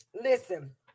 Listen